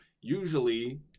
usually